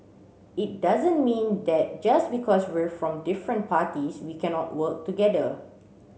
it doesn't mean that just because we're from different parties we cannot work together